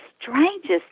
strangest